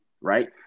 right